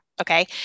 Okay